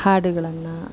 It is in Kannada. ಹಾಡುಗಳನ್ನು